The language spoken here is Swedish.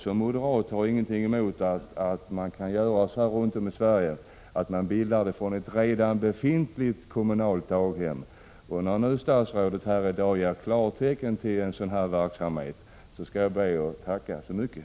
Som moderat har jag ingenting emot att man runt om i Sverige kan bilda kooperativ från ett redan befintligt kommunalt daghem. När statsrådet i dag ger klartecken till en sådan verksamhet skall jag be att få tacka så mycket.